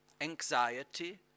anxiety